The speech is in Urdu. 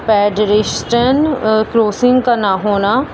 پیڈرشٹن کروسنگ کا نہ ہونا